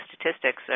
statistics